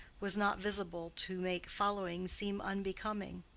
was not visible to make following seem unbecoming.